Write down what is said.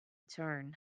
turn